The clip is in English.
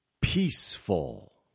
peaceful